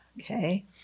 Okay